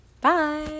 bye